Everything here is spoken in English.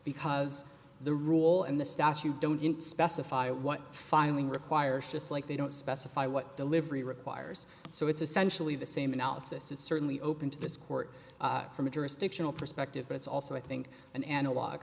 because the rule and the statute don't specify what filing requires just like they don't specify what delivery requires so it's essentially the same analysis it's certainly open to this court from a jurisdictional perspective but it's also i think an analog